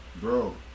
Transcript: Bro